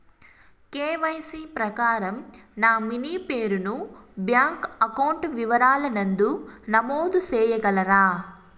KYC ప్రకారం nominee పేరు ను బ్యాంకు అకౌంట్ వివరాల నందు నమోదు సేయగలరా?